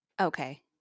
Okay